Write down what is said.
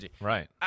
Right